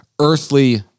earthly